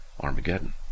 Armageddon